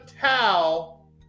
towel